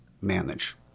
manage